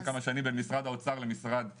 כמה שנים בין משרד האוצר למשרד הבריאות,